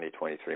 2023